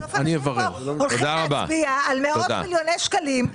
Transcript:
בסוף הולכים להצביע פה על מאות מיליוני שקלים.